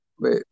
Wait